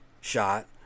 shot